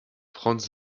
frans